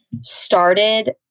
started